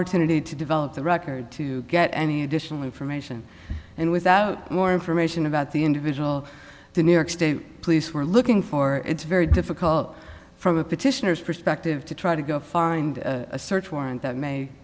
opportunity to develop the record to get any additional information and without more information about the individual the new york state police were looking for it's very difficult from a petitioner's perspective to try to go find a search warrant that may